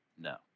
no